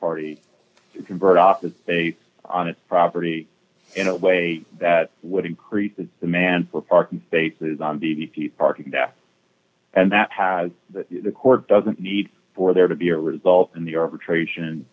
party convert office a on its property in a way that would increase the demand for parking spaces on the v p parking deck and that has the court doesn't need for there to be a result in the arbitration